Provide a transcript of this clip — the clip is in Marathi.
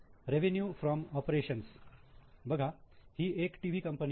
रेवीन्यू फ्रॉम ऑपरेशन्स बघा हि एक टीव्ही कंपनी आहे